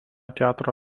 teatro